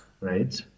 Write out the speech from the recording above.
right